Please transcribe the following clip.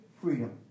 freedom